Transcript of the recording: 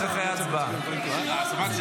תיגשי